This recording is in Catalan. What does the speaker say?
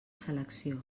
selecció